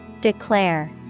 Declare